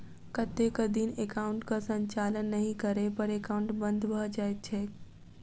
कतेक दिन एकाउंटक संचालन नहि करै पर एकाउन्ट बन्द भऽ जाइत छैक?